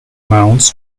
mounts